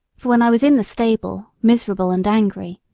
for when i was in the stable, miserable and angry,